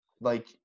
Like-